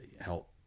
help